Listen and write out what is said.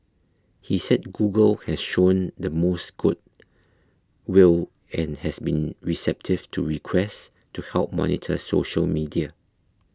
he said Google has shown the most good will and has been receptive to requests to help monitor social media